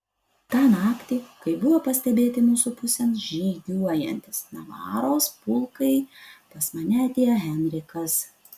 tą naktį kai buvo pastebėti mūsų pusėn žygiuojantys navaros pulkai pas mane atėjo henrikas